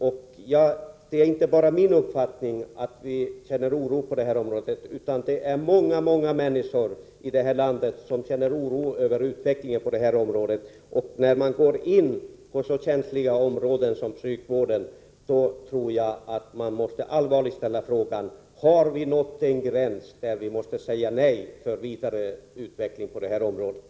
Det är inte bara jag som känner oro på det här området, utan det är många människor i det här landet som känner oro över utvecklingen. När man går in på så känsliga områden som psykvården tror jag att vi allvarligt måste ställa frågan: Har vi nått den gräns där vi måste säga nej till en vidare utveckling härvidlag?